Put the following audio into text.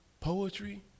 poetry